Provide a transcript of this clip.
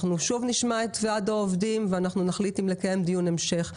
אנחנו שוב נשמע את וועד העובדים ונחליט אם לקיים דיון המשך.